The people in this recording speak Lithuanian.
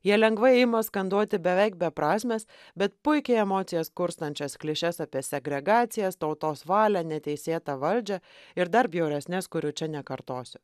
jie lengvai ima skanduoti beveik beprasmes bet puikiai emocijos kurstančias klišes apie segregaciją tautos valią neteisėtą valdžią ir dar bjauresnes kurių čia nekartosiu